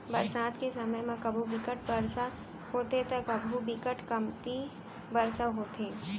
बरसात के समे म कभू बिकट बरसा होथे त कभू बिकट कमती बरसा होथे